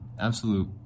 absolute